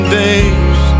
days